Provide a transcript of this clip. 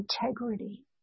integrity